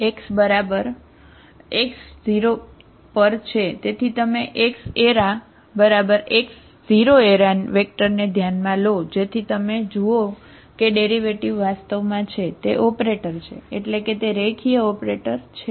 તેથી તમે xx0 વેક્ટરને ધ્યાનમાં લો જેથી તમે જુઓ કે ડેરિવેટિવ વાસ્તવમાં છે તે ઓપરેટર છે એટલે કે તે રેખીય ઓપરેટર છે